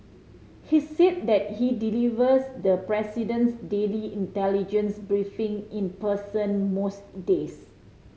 he's said that he delivers the president's daily intelligence briefing in person most days